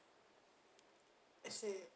I see